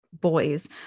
boys